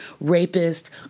rapist